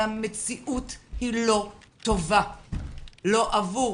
המציאות היא לא טובה לא עבור